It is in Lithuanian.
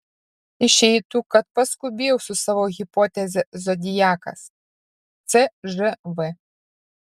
išeitų kad paskubėjau su savo hipoteze zodiakas cžv